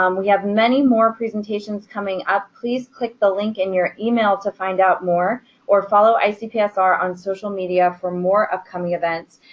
um we have many more presentations coming up. please click the link in your email to find out more or follow icpsr on social media for more upcoming events.